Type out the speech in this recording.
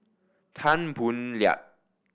Tan Boo Liat